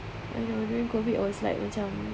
I don't know during COVID I was like macam